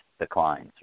declines